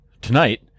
tonight